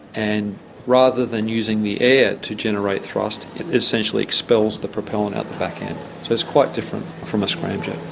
and rather than using the air to generate thrust, it essentially expels the propellant out the back end. so it's quite different from a scramjet.